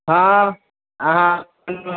हँ अहाँ